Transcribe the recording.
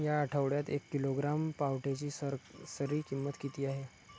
या आठवड्यात एक किलोग्रॅम पावट्याची सरासरी किंमत किती आहे?